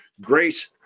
Grace